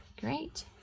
Great